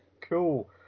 Cool